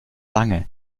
lange